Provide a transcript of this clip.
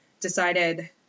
decided